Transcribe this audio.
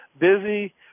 busy